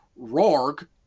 Rorg